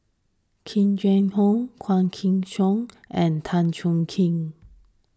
Yee Jenn Jong Quah Kim Song and Tan Chuan Jin